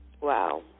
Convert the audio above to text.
Wow